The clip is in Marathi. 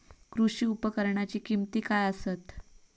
कृषी उपकरणाची किमती काय आसत?